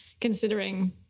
considering